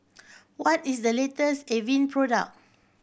what is the latest Avene product